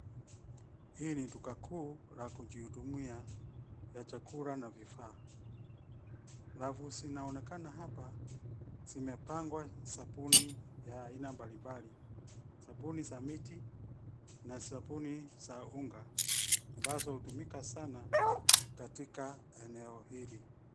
Hii ni duka kuu la kujihudumia ya chakula na vifaa. Rafu zinaonekana hapa zimepangwa sabuni ya aina mbalimbali, sabuni za miti na sabuni za unga, ambazo hutumika sana katika eneo hili.